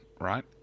right